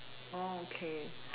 okay